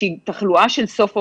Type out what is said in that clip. שהיא תחלואה של סוף אוגוסט,